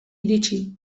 iritsi